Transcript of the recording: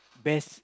best